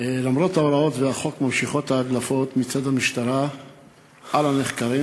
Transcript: למרות ההוראות והחוק נמשכות ההדלפות מצד המשטרה על נחקרים.